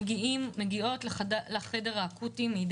שעבר.